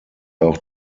auch